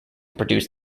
produce